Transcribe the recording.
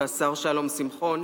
והשר שלום שמחון.